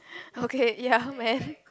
okay ya man